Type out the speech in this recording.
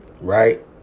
right